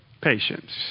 Patience